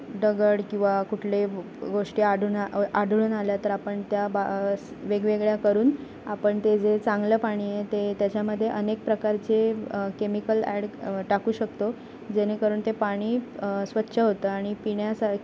दगड किंवा कुठले गोष्टी आढनं आढळून आल्या तर आपण त्या बा वेगवेगळ्या करून आपण ते जे चांगलं पाणी आहे ते त्याच्यामध्ये अनेक प्रकारचे केमिकल ॲड टाकू शकतो जेणेकरून ते पाणी स्वच्छ होतं आणि पिण्यासार